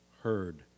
heard